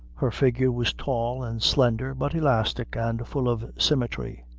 her figure was tall and slender, but elastic and full of symmetry.